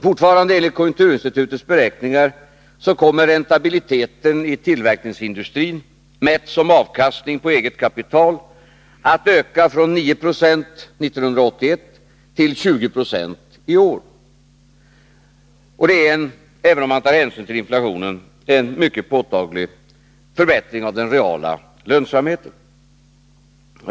Fortfarande enligt konjunkturinstitutets beräkningar kommer räntabiliteten itillverkningsindustrin, mätt som avkastning på eget kapital, att öka från 9 96 år 1981 till 20 96 i år. Även om man tar hänsyn till inflationen är det en mycket påtaglig förbättring av den reala lönsamheten.